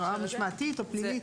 משמעתית או פלילית?